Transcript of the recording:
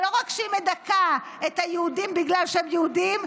שלא רק שהיא מדכאת את היהודים בגלל שהם יהודים,